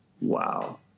Wow